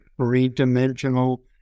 three-dimensional